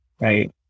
right